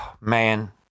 Man